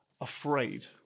afraid